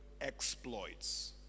exploits